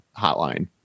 hotline